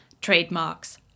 trademarks